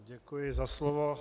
Děkuji za slovo.